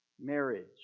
marriage